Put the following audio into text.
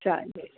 चालेल